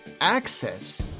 access